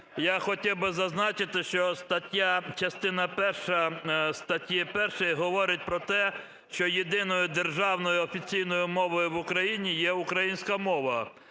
я хотів би зазначити, що частина перша статті 1 говорить про те, що єдиною державною офіційною мовою в Україні є українська мова.